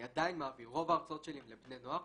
אני עדיין מעביר, רוב ההרצאות שלי הן לבני נוער